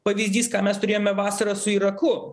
pavyzdys ką mes turėjome vasarą su iraku